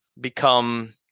become